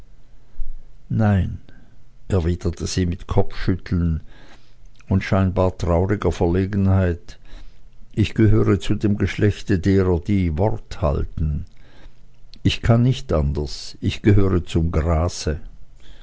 nein erwiderte sie mit kopfschütteln und scheinbar trauriger verlegenheit ich gehöre zu dem geschlechte derer die wort halten ich kann nicht anders ich gehöre zum grase